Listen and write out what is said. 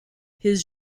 his